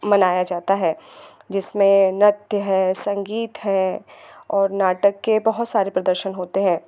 मनाया जाता है जिसमें नृत्य है संगीत है और नाटक के बहुत सारे प्रदर्शन होते हैं